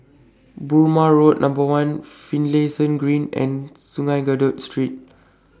Burmah Road Number one Finlayson Green and Sungei Kadut Street